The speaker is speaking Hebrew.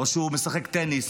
או שהוא משחק טניס,